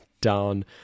down